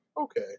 okay